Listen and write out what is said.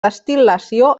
destil·lació